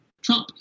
Trump